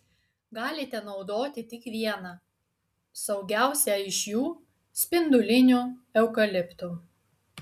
galite naudoti tik vieną saugiausią iš jų spindulinių eukaliptų